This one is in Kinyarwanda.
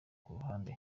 kuruhande